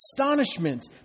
astonishment